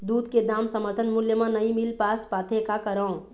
दूध के दाम समर्थन मूल्य म नई मील पास पाथे, का करों?